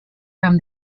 from